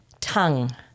tongue